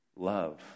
Love